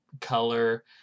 color